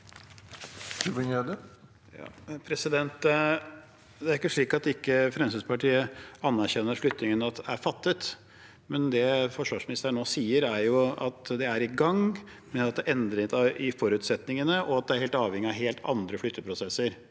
Det er ikke slik at ikke Fremskrittspartiet anerkjenner at vedtaket om flyttingen er fattet. Det forsvarsministeren nå sier, er at det er i gang, men at det er endringer i forutsetningene, og at det er helt avhengig av andre flytteprosesser.